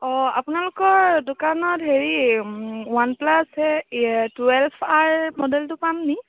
অঁ আপোনালোকৰ দোকানত হেৰি ওৱান প্লাছ টুৱেল্ভ আৰ মডেলটো পামনি